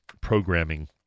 programming